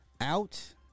out